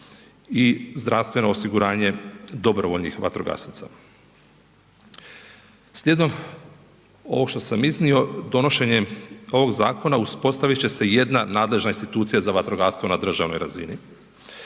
i zdravstveno osiguranje dobrovoljnih vatrogasaca. Slijedom ovog što sam iznio, donošenjem ovog zakona uspostavit će se jedna nadležna institucija za vatrogastvo na državnoj razini,